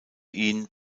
ihn